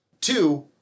Two